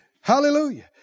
Hallelujah